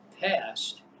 passed